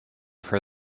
for